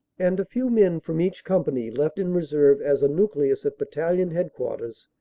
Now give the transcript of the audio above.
and a few men from each company left in reserve as a nucleus at battalion headquarters,